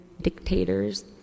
dictators